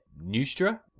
Nuestra